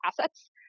assets